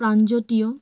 প্ৰাণজতীয়